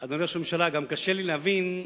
גם קשה לי להבין,